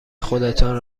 خودتان